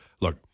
Look